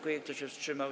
Kto się wstrzymał?